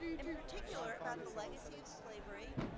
in particular, about the legacy of slavery,